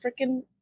freaking